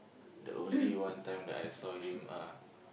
the only one time that I saw him uh